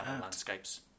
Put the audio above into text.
landscapes